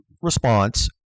response